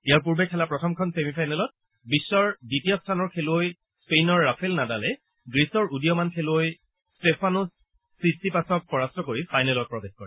ইয়াৰ পূৰ্বে খেলা প্ৰথমখন ছেমি ফাইনেলত বিশ্বৰ দ্বিতীয় স্থানৰ খেলুৱৈ স্পেইনৰ ৰাফেল নাডালে গ্ৰীচৰ উদীয়মান খেলুৱৈ ট্টেফানছ ছিটছিপাছক পৰাস্ত কৰি ফাইনেলত প্ৰৱেশ কৰে